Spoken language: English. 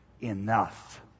Enough